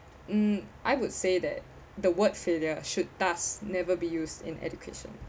um I would say that the word failure should thus never be used in education